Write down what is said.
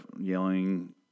yelling